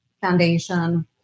foundation